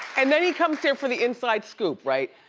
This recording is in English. and then he comes here for the inside scoop, right?